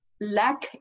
lack